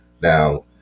Now